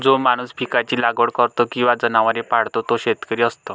जो माणूस पिकांची लागवड करतो किंवा जनावरे पाळतो तो शेतकरी असतो